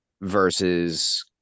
versus